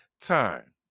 time